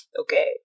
Okay